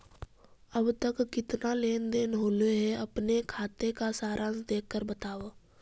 अब तक कितना लेन देन होलो हे अपने खाते का सारांश देख कर बतावा